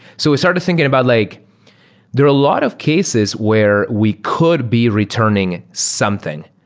so we started thinking about like there are a lot of cases where we could be returning something,